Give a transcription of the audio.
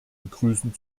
begrüßen